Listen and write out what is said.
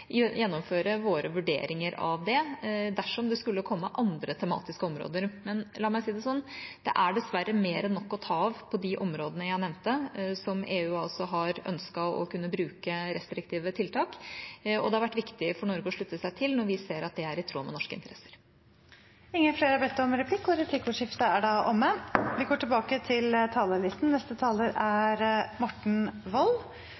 gjennomføre våre vurderinger av det, dersom det skulle komme andre tematiske områder. Men la meg si det sånn: Det er dessverre mer enn nok å ta av på de områdene jeg nevnte, der EU altså har ønsket å kunne bruke restriktive tiltak, og det har vært viktig for Norge å slutte seg til, når vi ser at det er i tråd med norske interesser. Replikkordskiftet er omme. De talere som heretter får ordet, har